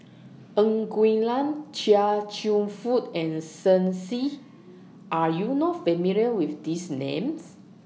Ng Quee Lam Chia Cheong Fook and Shen Xi Are YOU not familiar with These Names